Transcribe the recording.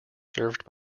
served